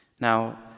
Now